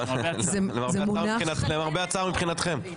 למרבה הצער מבחינתכם.